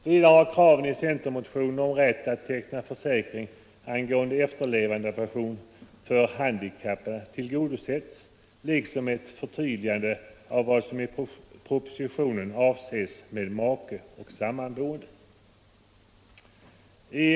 Vidare har kraven i centermotionen om rätt att teckna försäkring om efterlevandepension för handikappat barn och om ett förtydligande av vad som i propositionen avses med make och sammanboende tillgodosetts.